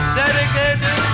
dedicated